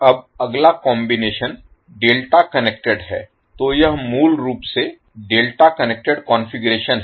अब अगला combination delta connected है तो यह मूल रूप से डेल्टा कनेक्टेड कॉन्फ़िगरेशन है